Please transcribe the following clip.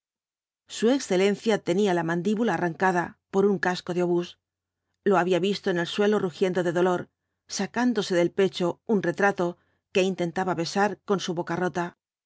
su excelencia tenía la mandíbula arrancada por un casco de obús lo había visto en el suelo rugiendo de dolor sacándose del pecho un retrato que t bla so ibáübz íqtentaba besar con su boca rota